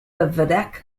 vedic